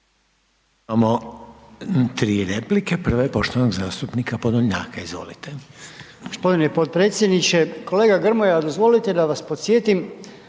Imamo 3 replike, prva je poštovanog zastupnika Podolnjaka, izvolite.